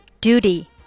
Duty